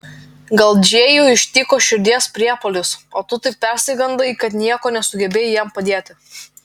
gal džėjų ištiko širdies priepuolis o tu taip persigandai kad niekuo nesugebėjai jam padėti